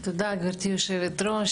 תודה גברתי היושבת-ראש,